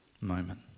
moment